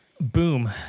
boom